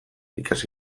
ikasi